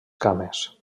cames